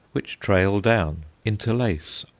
which trail down, interlace,